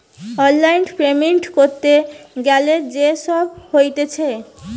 online payment ক্যরতে গ্যালে যে সব হতিছে